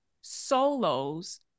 solos